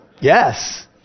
Yes